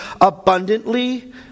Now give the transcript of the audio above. abundantly